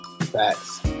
Facts